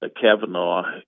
Kavanaugh